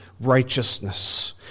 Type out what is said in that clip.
righteousness